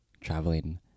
traveling